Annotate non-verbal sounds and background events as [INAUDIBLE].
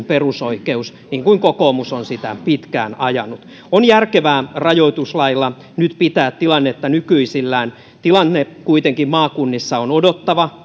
[UNINTELLIGIBLE] perusoikeus mitä kokoomus on pitkään ajanut on järkevää rajoituslailla nyt pitää tilannetta nykyisellään tilanne kuitenkin maakunnissa on odottava [UNINTELLIGIBLE]